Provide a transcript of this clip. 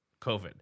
COVID